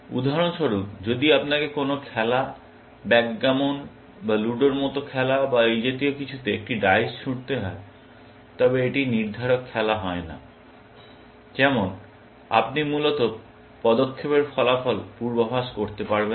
উদাহরণ স্বরূপ যদি আপনাকে কোনো খেলা ব্যাকগ্যামন বা লুডোর মতো খেলা বা এই জাতীয় কিছুতে একটি ডাইস ছুঁড়তে হয় এবং এটি একটি নির্ধারক খেলা হয় না যেখানে আপনি মূলত পদক্ষেপের ফলাফল পূর্বাভাস করতে পারবেন না